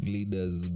Leaders